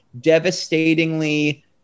devastatingly